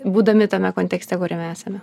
būdami tame kontekste kuriame esame